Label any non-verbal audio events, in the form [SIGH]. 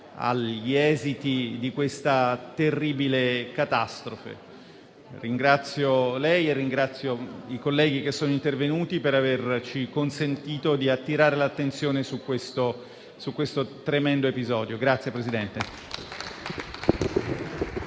agli esiti di questa terribile catastrofe. Ringrazio lei, Presidente, e i colleghi che sono intervenuti per averci consentito di attirare l'attenzione su questo tremendo episodio. [APPLAUSE]